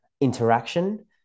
interaction